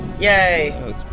Yay